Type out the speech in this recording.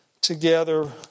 together